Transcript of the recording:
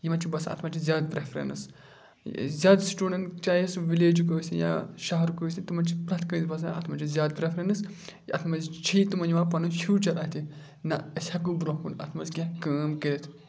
یِمَن چھُ باسان اَتھ منٛز چھِ زیادٕ پرٛٮ۪فرَنٕس زیادٕ سٹوٗڈَنٛٹ چاہے سُہ وِلیجُک ٲسِنۍ یا شَہرُک ٲسِنۍ تِمَن چھِ پرٛٮ۪تھ کٲنٛسہِ باسان اَتھ منٛز چھِ زیادٕ پرٛٮ۪فرَنٕس اَتھ منٛز چھی تٕمَن یِوان پَنُن فیوٗچَر اَتھِ نہ أسۍ ہٮ۪کو برٛونٛہہ کُن اَتھ منٛز کینٛہہ کٲم کٔرِتھ